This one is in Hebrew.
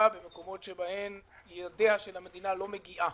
מאוד במקומות שבהם ידיה של המדינה לא מגיעות